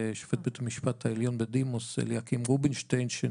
את זוכרת את ראש הממשלה בנט שהודיע לפני שבוע,